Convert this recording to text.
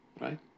right